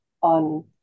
on